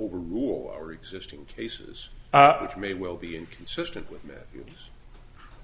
overrule our existing cases which may well be inconsistent with